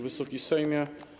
Wysoki Sejmie!